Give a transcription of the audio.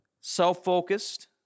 self-focused